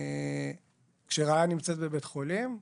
כשרעיה נמצאת בבית חולים,